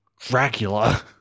Dracula